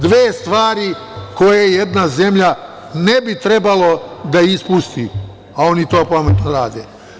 Dve stvari koje jedna zemlja ne bi trebala da ispusti, a oni to pametno rade.